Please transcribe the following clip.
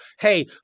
hey